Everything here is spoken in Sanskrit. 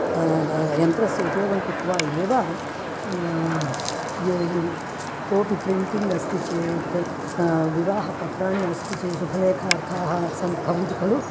ता दा यन्त्रस्य उपयोगं कृत्वा एव कोपि प्रिण्टिङ्ग् अस्ति चेत् विवाहपत्राणि अस्ति चेत् शुभलेखार्थाः सन्ति भवन्ति खलु